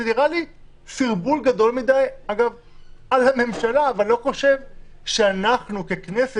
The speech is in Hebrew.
זה נראה לי סרבול גדול מדי על הממשלה ואני לא חושב שאנחנו ככנסת